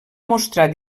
mostrar